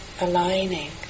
Aligning